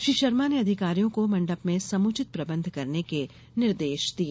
श्री शर्मा ने अधिकारियों को मण्डप में समुचित प्रबंध करने के निर्देश दिए